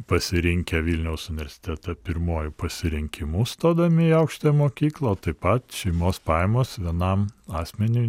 pasirinkę vilniaus universitetą pirmuoju pasirinkimu stodami į aukštąją mokyklą o taip pat šeimos pajamos vienam asmeniui